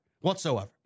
whatsoever